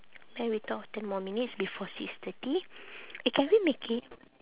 then we talk ten more minutes before six thirty eh can we make it